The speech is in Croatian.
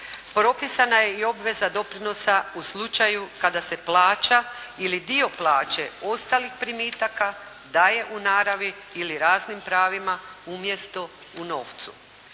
Propisana je i obveza doprinosa u slučaju kada se plaća ili dio plaće ostalih primitaka daje u naravi ili raznim pravima umjesto u novcu.